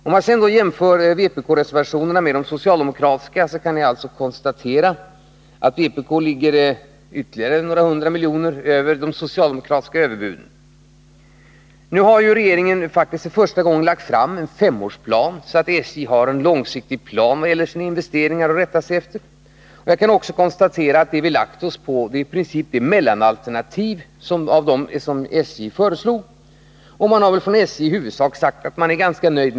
Om jag jämför vpk-reservationerna med de socialdemokratiska kan jag alltså konstatera att vpk ligger ytterligare några hundra miljoner över de socialdemokratiska överbuden. Nu har regeringen faktiskt för första gången lagt fram en femårsplan, så att SJ har en långsiktig plan att rätta sig efter när det gäller investeringarna. Jag kan också konstatera att vad vi har lagt oss på i princip är mellanalternativet i SJ:s förslag, och från SJ har man sagt att man i huvudsak är ganska nöjd.